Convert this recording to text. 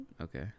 Okay